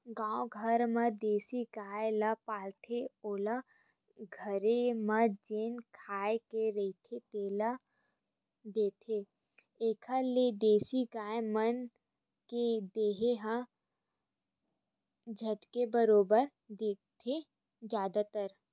गाँव घर म देसी गाय ल पालथे ओला घरे म जेन खाए के रहिथे तेने ल देथे, एखर ले देसी गाय मन के देहे ह झटके बरोबर दिखथे जादातर